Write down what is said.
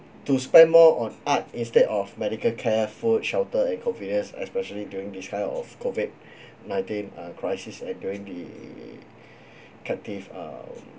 to spend more on art instead of medical care food shelter and convenience especially during this kind of COVID nineteen uh crisis and going to be captive uh